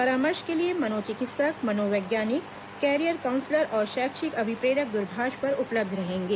परामर्श के लिए मनोचिकित्सक मनोवैज्ञानिक कैरियर काउंसलर और शैक्षिक अभिप्रेरक दूरभाष पर उपलब्ध रहेंगे